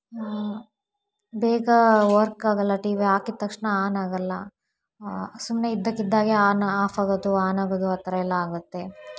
ಬೇಗ ವರ್ಕ್ ಆಗಲ್ಲ T V ಹಾಕಿದ ತಕ್ಷಣ ಆನ್ ಆಗೋಲ್ಲ ಸುಮ್ಮನೆ ಇದ್ದಕ್ಕಿದ್ದಾಗೆ ಆನ್ ಆಫ್ ಆಗೋದು ಆನ್ ಆಗೋದು ಆ ಥರ ಎಲ್ಲ ಆಗುತ್ತೆ